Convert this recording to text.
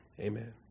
Amen